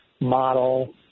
model